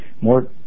more